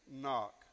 knock